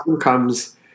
comes